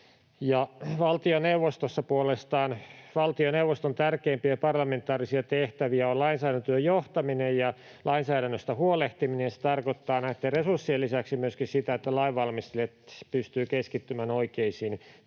Valtioneuvoston tärkeimpiä parlamentaarisia tehtäviä puolestaan ovat lainsäädäntötyön johtaminen ja lainsäädännöstä huolehtiminen. Se tarkoittaa näitten resurssien lisäksi myöskin sitä, että lainvalmistelijat pystyvät keskittymään oikeisiin töihin,